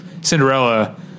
Cinderella